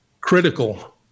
critical